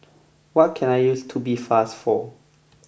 what can I use Tubifast for